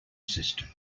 systems